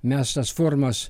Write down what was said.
mes tas formas